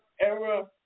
era